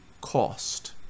cost